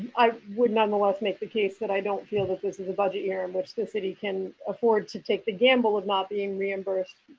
i would nonetheless make the case i don't feel this this is a budget year in which the city can afford to take the gamble of not being reimbursed